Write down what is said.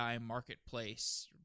marketplace